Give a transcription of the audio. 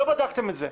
לא בדקתם את זה.